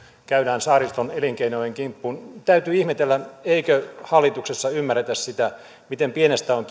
käydään saariston elinkeinojen kimppuun täytyy ihmetellä eikö hallituksessa ymmärretä sitä miten pienestä on